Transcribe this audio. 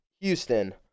Houston